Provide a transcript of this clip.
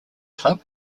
club